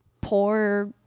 Poor